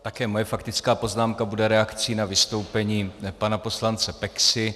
Také moje faktická poznámka bude reakcí na vystoupení pana poslance Peksy.